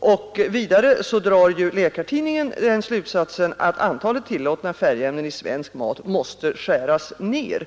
åt detta. Läkartidningen drar den slutsatsen att antalet tillåtna färgämnen i svensk mat måste skäras ned.